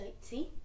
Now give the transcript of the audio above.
See